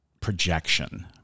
projection